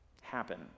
happen